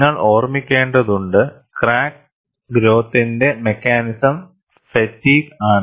നിങ്ങൾ ഓർമ്മിക്കേണ്ടതുണ്ട് ക്രാക്ക് ഗ്രോത്തിന്റെ മെക്കാനിസം ഫാറ്റിഗ് ആണ്